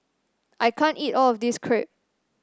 I can't eat all of this crepe